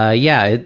ah yeah,